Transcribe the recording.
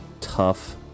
tough